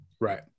right